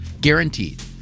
Guaranteed